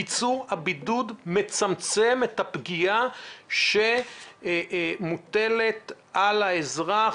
קיצור הבידוד מצמצם את הפגיעה שנגרמת לאזרח,